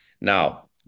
Now